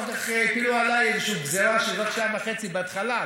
כאילו הפילו עליי גזרה של עוד שעה וחצי בהתחלה,